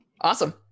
Awesome